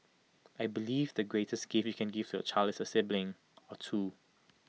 I believe the greatest gift you can give to your child is A sibling or two